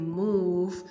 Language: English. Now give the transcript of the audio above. move